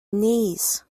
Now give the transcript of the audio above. knees